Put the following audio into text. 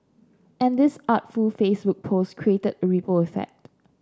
and this artful Facebook post created a ripple effect